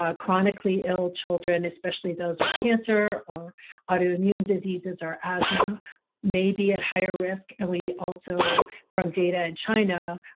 ah chronically-ill children, especially those with cancer or autoimmune diseases or asthma may be at higher risk, and we also, from data in china,